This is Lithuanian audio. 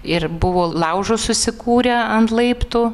ir buvo laužus susikūrę ant laiptų